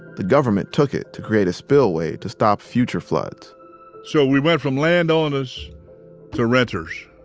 the government took it to create a spillway to stop future floods so we went from land owners to renters.